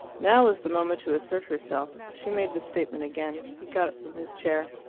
now was the moment to assert herself. she made the statement again. he got up from his chair.